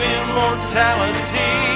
immortality